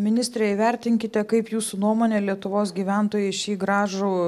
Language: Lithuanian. ministre įvertinkite kaip jūsų nuomone lietuvos gyventojai šį gražų